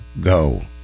go